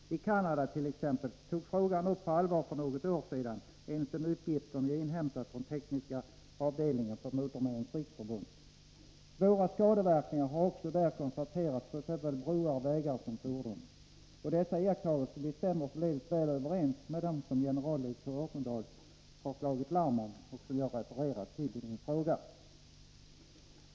I Canada t.ex. togs frågan upp på allvar för något år sedan, enligt en uppgift som jag inhämtat från tekniska avdelningen vid Motormännens riksförbund. Svåra skadeverkningar har också i Canada konstaterats på såväl broar och vägar som fordon. Dessa iakttagelser stämmer väl överens med dem som generaldirektör Örtendahl slagit larm om och som jag refererat till i min fråga.